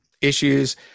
issues